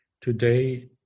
Today